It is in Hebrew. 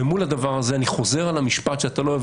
מול הדבר הזה אני חוזר על המשפט שאתה לא אוהב